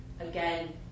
again